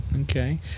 Okay